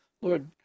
Lord